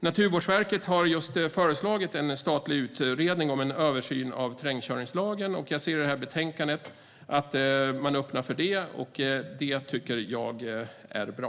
Naturvårdsverket har just föreslagit en statlig utredning om en översyn av terrängkörningslagen, och jag ser i detta betänkande att man öppnar för detta. Det tycker jag är bra.